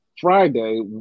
Friday